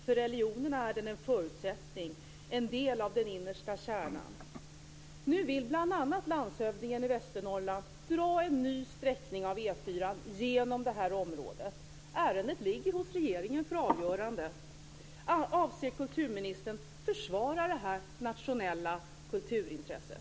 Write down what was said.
För religionen är den en förutsättning, en del av den innersta kärnan. Nu vill bl.a. landshövdingen i Västernorrland dra en ny sträckning av E4:an genom det här området. Ärendet ligger hos regeringen för avgörande. Avser kulturministern försvara det här nationella kulturintresset?